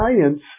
science